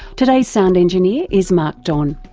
today's sound engineer is mark don.